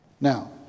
Now